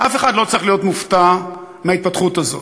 אף אחד לא צריך להיות מופתע מההתפתחות הזאת,